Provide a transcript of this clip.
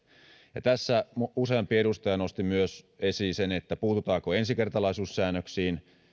tässä useampi edustaja nosti esiin myös sen puututaanko ensikertalaisuussäännöksiin